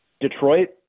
Detroit